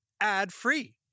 ad-free